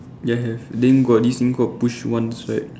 yes have then got this thing called push once right